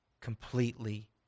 completely